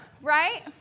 right